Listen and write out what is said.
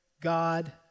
God